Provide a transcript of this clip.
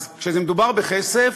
אז כשמדובר בכסף,